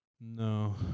No